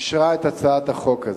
אישרה את הצעת החוק הזאת.